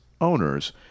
owners